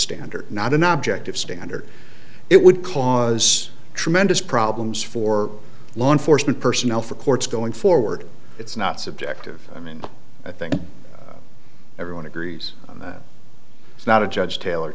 standard not an object of standard it would cause tremendous problems for law enforcement personnel for courts going forward it's not subjective and i think everyone agrees that it's not a judge taylor